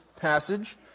passage